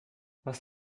was